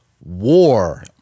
war